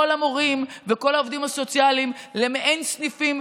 המורים וכל העובדים הסוציאליים למעין סניפים: